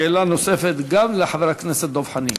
שאלה נוספת גם לחבר הכנסת דב חנין.